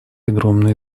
огромные